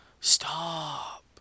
Stop